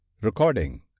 Recording